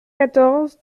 quatorze